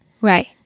Right